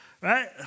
right